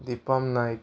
Dipam Naik